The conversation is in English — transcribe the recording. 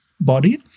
body